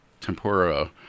tempura